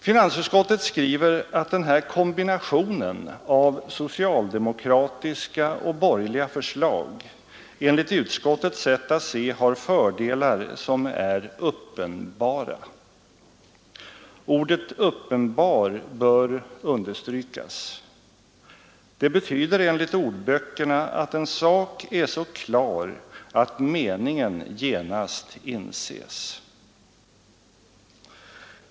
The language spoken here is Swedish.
Finansutskottet skriver att den här kombinationen av socialdemokratiska och borgerliga förslag enligt utskottets sätt att se har fördelar som är uppenbara. Ordet uppenbar bör understrykas. Det betyder enligt ordböckerna att en sak är så klar att meningen genast inses.